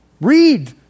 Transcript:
Read